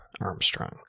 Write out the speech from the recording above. Armstrong